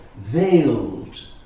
veiled